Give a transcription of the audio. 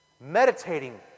meditating